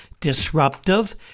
disruptive